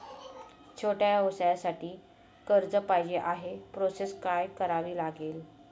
छोट्या व्यवसायासाठी कर्ज पाहिजे आहे प्रोसेस काय करावी लागेल?